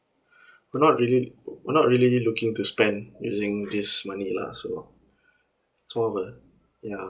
we're not really we're not really looking to spend using this money lah so it's more of uh ya